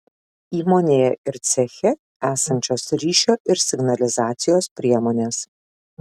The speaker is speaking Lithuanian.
įmonėje ir ceche esančios ryšio ir signalizacijos priemonės